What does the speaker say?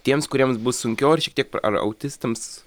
tiems kuriems bus sunkiau ar šiek tiek ar autistams